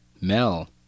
mel